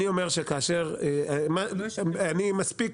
אני אומר שאני מספיק